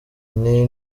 nti